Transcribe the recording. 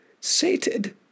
sated